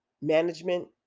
Management